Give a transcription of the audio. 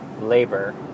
labor